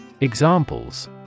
Examples